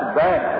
bad